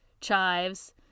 chives